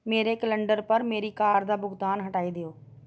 मेरे कलंडर पर मेरी कार दा भुगतान हटाई देओ